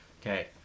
Okay